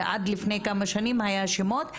עד לפני כמה שנים היו שמות,